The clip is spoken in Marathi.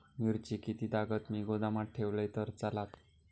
मिरची कीततागत मी गोदामात ठेवलंय तर चालात?